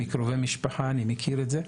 מקרובי משפחה, אני מכיר את זה,